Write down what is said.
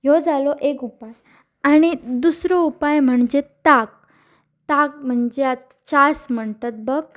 ह्यो जालो एक उपाय आनी दुसरो उपाय म्हणजे ताक ताक म्हणजे आतां छास म्हणटात बग